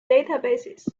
databases